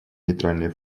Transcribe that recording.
нейтральный